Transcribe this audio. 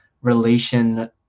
relation